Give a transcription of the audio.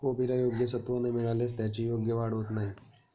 कोबीला योग्य सत्व न मिळाल्यास त्याची योग्य वाढ होत नाही